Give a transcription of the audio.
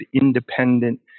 independent